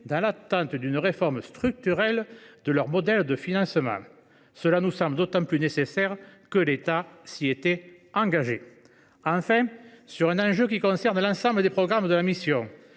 dans l’attente d’une réforme structurelle de leur modèle de financement. Cela nous semble d’autant plus nécessaire que l’État s’y était engagé. Enfin, sur un enjeu qui concerne l’ensemble des programmes de la mission,